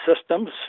systems